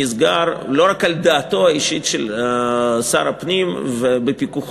נסגר לא רק על דעתו האישית של שר הפנים ובפיקוחו